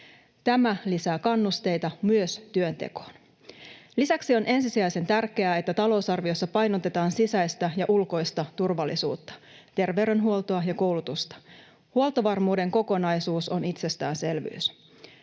Tämä lisää kannusteita myös työntekoon. Lisäksi on ensisijaisen tärkeää, että talousarviossa painotetaan sisäistä ja ulkoista turvallisuutta, terveydenhuoltoa ja koulutusta. Huoltovarmuuden kokonaisuus on itsestäänselvyys.